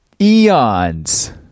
eons